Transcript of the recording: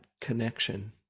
connection